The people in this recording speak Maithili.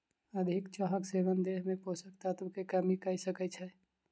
अधिक चाहक सेवन देह में पोषक तत्व के कमी कय सकै छै